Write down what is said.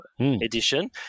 edition